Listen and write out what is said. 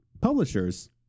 publishers